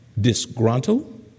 disgruntled